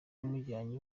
yamujyanye